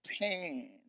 pain